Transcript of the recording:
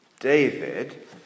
David